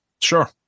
Sure